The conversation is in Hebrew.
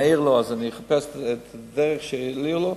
אחפש את הדרך להעיר לו.